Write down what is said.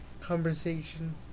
conversation